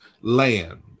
land